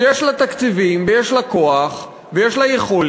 שיש לה תקציבים, יש לה כוח ויש לה יכולת,